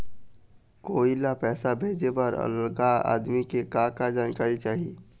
कोई ला पैसा भेजे बर अगला आदमी के का का जानकारी चाही?